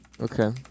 Okay